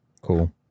Cool